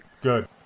Good